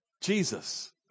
Jesus